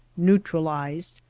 neutralized,